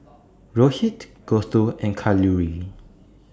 Rohit Gouthu and Kalluri